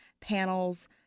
panels